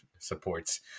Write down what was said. supports